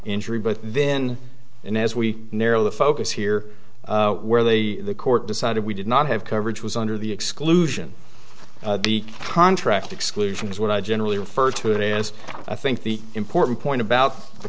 injury but then and as we narrow the focus here where the court decided we did not have coverage was under the exclusion the contract exclusion is what i generally refer to it as i think the important point about the